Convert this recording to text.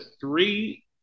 three